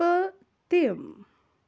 پٔتِم